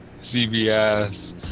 CBS